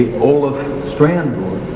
olaf stranwold